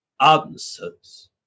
answers